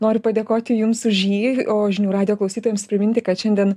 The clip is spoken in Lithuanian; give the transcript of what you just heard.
noriu padėkoti jums už jį o žinių radijo klausytojams priminti kad šiandien